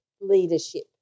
leadership